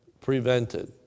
prevented